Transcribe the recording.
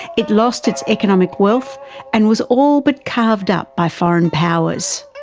it lost its economic wealth and was all but carved up by foreign powers.